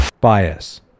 Bias